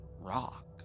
rock